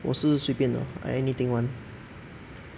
我是随便的 I anything [one]